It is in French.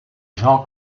jean